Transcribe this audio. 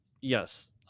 Yes